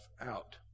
out